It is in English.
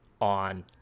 on